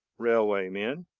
railway men,